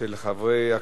הצעות מס'